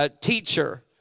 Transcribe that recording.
teacher